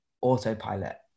autopilot